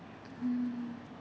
mm